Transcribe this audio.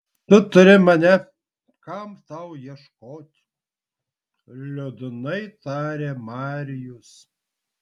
tu turi mane kam tau ieškot liūdnai tarė marijus